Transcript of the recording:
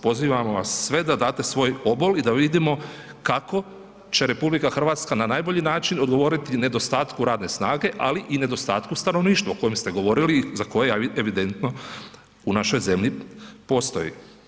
Pozivamo vas sve da date svoj obol i da vidimo kako će RH na najbolji način odgovoriti nedostatku radne snage, ali i nedostatku stanovništva o kojem ste govorili za koje evidentno u našoj zemlji postoji.